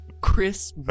Chris